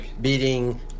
Beating